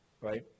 right